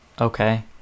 okay